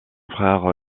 frère